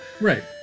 Right